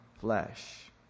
flesh